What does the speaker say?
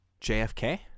JFK